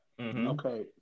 Okay